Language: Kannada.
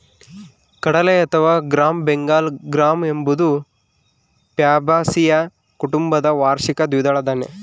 ಕಡಲೆ ಅಥವಾ ಗ್ರಾಂ ಬೆಂಗಾಲ್ ಗ್ರಾಂ ಎಂಬುದು ಫ್ಯಾಬಾಸಿಯ ಕುಟುಂಬದ ವಾರ್ಷಿಕ ದ್ವಿದಳ ಧಾನ್ಯ